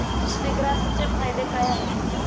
सीग्रासचे फायदे काय आहेत?